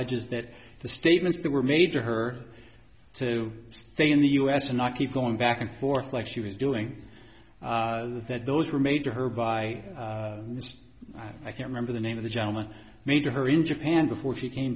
alleges that the statements that were made to her to stay in the u s and not keep going back and forth like she was doing that those were made to her by i can't remember the name of the gentleman made to her in japan before she came